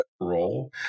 role